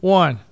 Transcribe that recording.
one